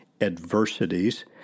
adversities